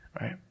right